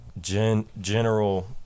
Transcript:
general